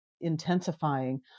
intensifying